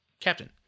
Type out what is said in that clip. captain